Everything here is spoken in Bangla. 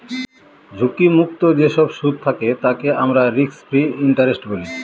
ঝুঁকি মুক্ত যেসব সুদ থাকে তাকে আমরা রিস্ক ফ্রি ইন্টারেস্ট বলি